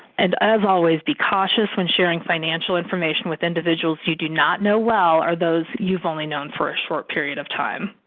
and, as always, be cautious when sharing financial information with individuals you do not know well or those you've only known for short period of time.